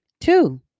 Two